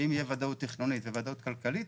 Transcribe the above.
שאם תהיה ודאות תכנונית וודאות כלכלית,